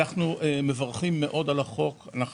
אנחנו מברכים מאוד על ההצעה.